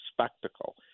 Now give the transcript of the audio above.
spectacle